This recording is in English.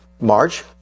March